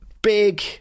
Big